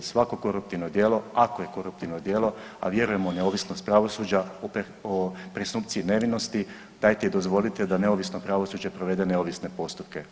Svako koruptivno djelo, ako je koruptivno djelo, a vjerujemo u neovisnost pravosuđa o presumpciji nevinosti dajte dozvolite da neovisno pravosuđe provede neovisne postupke.